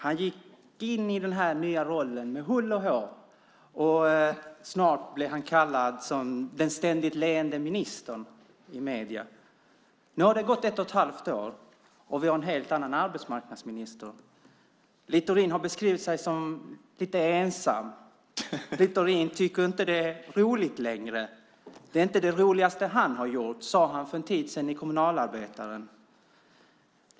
Han gick in i den här nya rollen med hull och hår, och snart blev han kallad den ständigt leende ministern i medier. Nu har det gått ett och ett halvt år, och vi har en helt annan arbetsmarknadsminister. Littorin har beskrivit sig som lite ensam. Littorin tycker inte det är roligt längre. Det är inte det roligaste han har gjort, sade han för en tid sedan i Kommunalarbetaren.